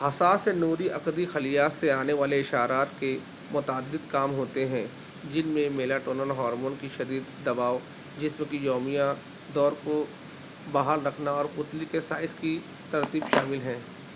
حساس نوری عقدی خلیات سے آنے والے اشارات کے متعدد کام ہوتے ہیں جن میں میلاٹونن ہارمون کا شدید دباؤ جسم کے یومیہ دور کو بحال رکھنا اور پتلی کے سائز کی ترتیب شامل ہیں